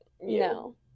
No